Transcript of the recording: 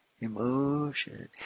emotion